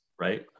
right